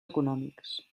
econòmics